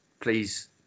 Please